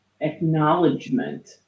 acknowledgement